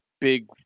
big